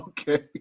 Okay